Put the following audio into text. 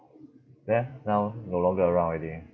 then now no longer around already